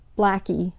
blackie,